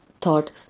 thought